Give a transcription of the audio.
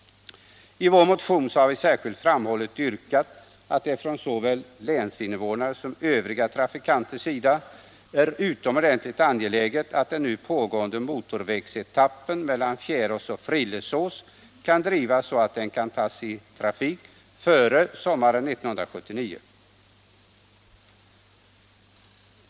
I vår motion har vi särskilt framhållit att det för såväl länsinvånarna som Övriga trafikanter är utomordentligt angeläget att den nu pågående motorvägsetappen mellan Fjärås och Frillesås kan drivas, så att vägen kan tas i trafik före sommaren 1979.